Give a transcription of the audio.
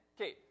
Okay